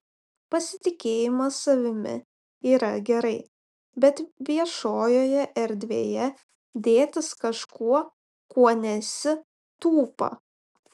pasitikėjimas savimi yra gerai bet viešojoje erdvėje dėtis kažkuo kuo nesi tūpa